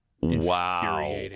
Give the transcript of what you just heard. wow